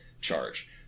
charge